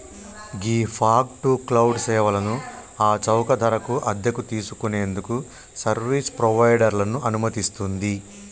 ghee fog to cloud సేవలను ఆ చౌక ధరకు అద్దెకు తీసుకు నేందుకు సర్వీస్ ప్రొవైడర్లను అనుమతిస్తుంది